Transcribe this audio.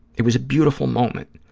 it was a beautiful moment.